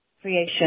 Creation